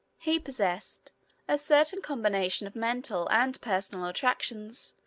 he possessed a certain combination of mental and personal attractions,